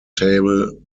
table